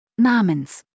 namens